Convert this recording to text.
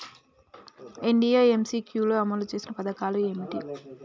India MCQ లో అమలు చేసిన పథకాలు ఏమిటి?